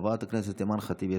חברת הכנסת טלי גוטליב,